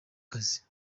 kazi